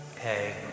Hey